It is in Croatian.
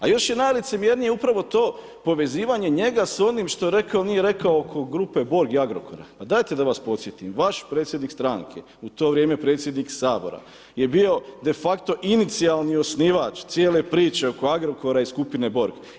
A još je najlicemjernije upravo to, povezivanje njega s onim što je rekao ili nije rekao oko grupe borg i Agrokora, pa dajte da vas podsjetim, vaš predsjednik stranke u to vrijeme predsjednik Sabora, je bio de facto inicijalni osnivač cijele priče oko Agrokora i skupine borg.